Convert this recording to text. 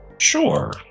Sure